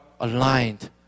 aligned